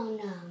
no